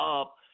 up